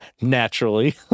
naturally